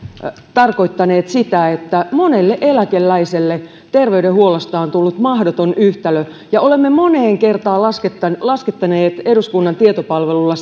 tarkoittaneet sitä että monelle eläkeläiselle terveydenhuollosta on tullut mahdoton yhtälö ja olemme moneen kertaan laskettaneet laskettaneet eduskunnan tietopalvelulla